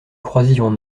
croisillon